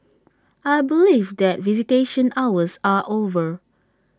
I believe that visitation hours are over